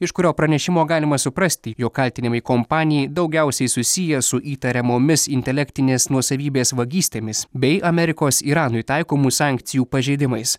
iš kurio pranešimo galima suprasti jog kaltinimai kompanijai daugiausiai susiję su įtariamomis intelektinės nuosavybės vagystėmis bei amerikos iranui taikomų sankcijų pažeidimais